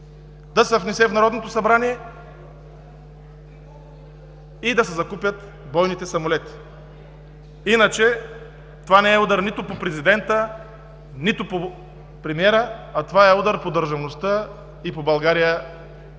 да се внесе в Народно събрание и да се купят бойните самолети. А иначе, това не е удар нито по президента, нито по премиера, а е удар по държавността и по България,